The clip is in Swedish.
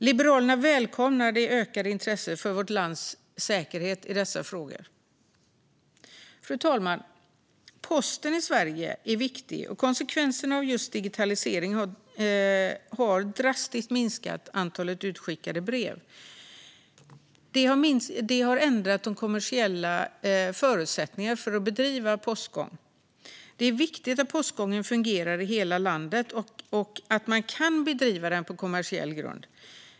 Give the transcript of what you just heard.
Liberalerna välkomnar det ökade intresset för vårt lands säkerhet i dessa frågor. Fru talman! Posten i Sverige är viktig, och konsekvenserna av just digitaliseringen har drastiskt minskat antalet skickade brev. Det har ändrat de kommersiella förutsättningarna för att bedriva postgång. Det är viktigt att postgången fungerar i hela landet och att den kan bedrivas på kommersiell grund.